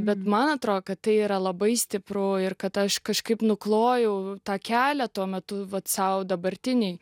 bet man atrodo kad tai yra labai stipru ir kad aš kažkaip nuklojau tą kelią tuo metu vat sau dabartinei